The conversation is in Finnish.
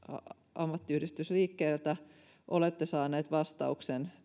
ammattiyhdistysliikkeeltä tai työmarkkinajärjestöiltä ylipäänsä olette saanut vastauksen